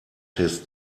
his